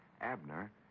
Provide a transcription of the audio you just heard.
Abner